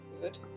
Good